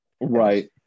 right